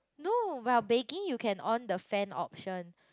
no while baking you can on the fan option